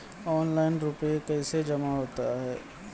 Online रुपये कैसे जमा होता हैं?